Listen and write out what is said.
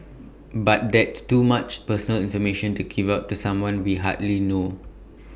but that's too much personal information to give out to someone we hardly know